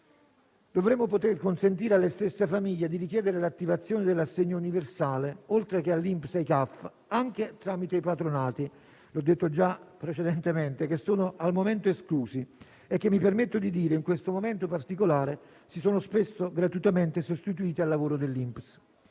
Dovremmo poter consentire alle stesse famiglie di richiedere l'attivazione dell'assegno universale, oltre che all'INPS e ai CAF, anche tramite i patronati - l'ho detto già precedentemente - che sono al momento esclusi e che - mi permetto di dire - in questo momento particolare si sono spesso gratuitamente sostituiti al lavoro dell'INPS.